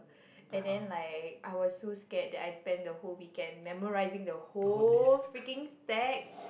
and then like I was so scared that I spent the whole weekend memorising the whole freaking stack